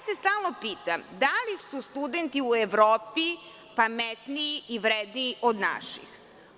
Stalno se pitam da li su studenti u Evropi pametniji i vredniji od naših?